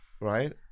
Right